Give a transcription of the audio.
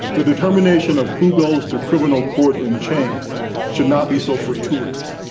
the determination of who goes to criminal court in chains should not be so fortuitous.